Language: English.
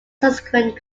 subsequent